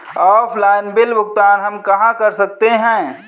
Offline bill भुगतान हम कहां कर सकते हैं?